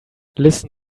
listen